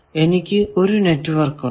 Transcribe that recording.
എനിക്ക് ഒരു നെറ്റ്വർക്ക് ഉണ്ട്